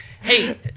hey